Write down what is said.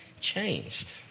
changed